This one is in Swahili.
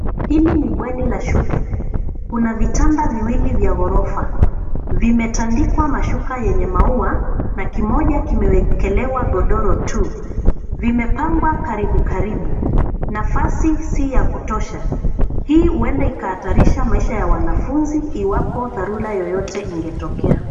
Hili ni bweni la shule. Kuna vitanda viwili vya ghorofa. Vimetandikwa mashuka yenye maua na kimoja kimewekelewa godoro tu. Vimepangwa karibu karibu. Nafasi si ya kutosha. Hii huenda ikahatarisha maisha ya wanafunzi iwapo dharura yoyote ingetokea.